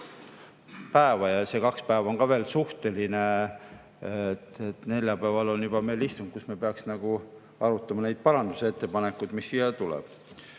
päeva, ja see kaks päeva on ka veel suhteline: neljapäeval on meil juba istung, kus me peaksime arutama neid parandusettepanekuid, mis siia tulevad.